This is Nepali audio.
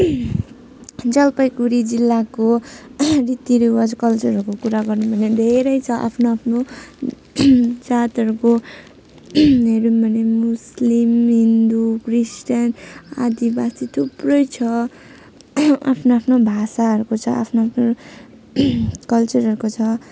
जलपाइगुडी जिल्लाको रीतिरिवाज कल्चरहरूको कुरा गर्नु भने धेरै छ आफ्नो आाफ्नो जातहरूको हेरौँ भने मुस्लिम हिन्दू क्रिस्चियन आदिबासी थुप्रै छ आफ्नो आफ्नो भाषाहरूको छ आफ्नो आफ्नो कल्चरहरूको छ